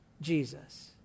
Jesus